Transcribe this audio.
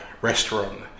restaurant